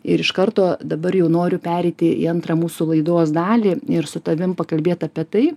ir iš karto dabar jau noriu pereiti į antrą mūsų laidos dalį ir su tavim pakalbėt apie tai